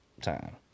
time